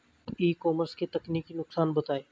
ई commerce के तकनीकी नुकसान बताएं?